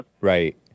Right